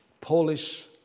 Polish